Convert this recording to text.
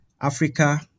Africa